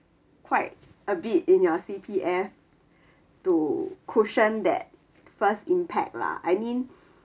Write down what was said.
quite a bit in your C_P_F to cushion that first impact lah I mean